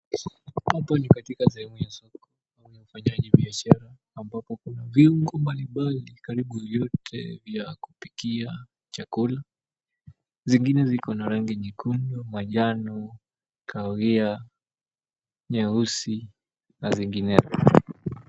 Hapa ni katika sehemu ya soko ya ufanyaji biashara ambapo kuna viungo mbalimbali karibu vyote vya kupikia chakula. Zingine ziko na rangi nyekundu, manjano, kahawia, nyeusi na zinginezo.